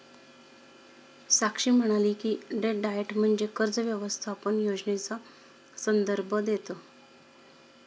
साक्षी म्हणाली की, debt diet म्हणजे कर्ज व्यवस्थापन योजनेचा संदर्भ देतं